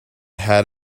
had